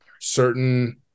certain